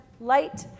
light